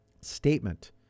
Statement